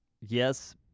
yes